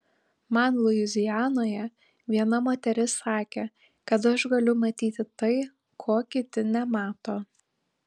man luizianoje viena moteris sakė kad aš galiu matyti tai ko kiti nemato